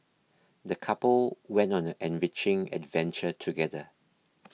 the couple went on an enriching adventure together